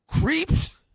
creeps